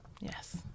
Yes